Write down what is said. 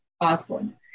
Osborne